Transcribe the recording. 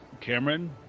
Cameron